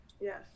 yes